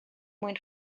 mwyn